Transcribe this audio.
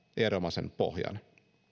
erinomaisen pohjan